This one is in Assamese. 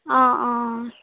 অঁ অঁ